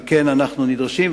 על כן, אנחנו נדרשים.